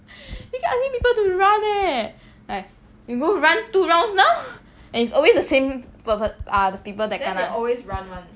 she keep asking people to run eh like you go run two rounds now and it's always the same pervert ah people that run [one]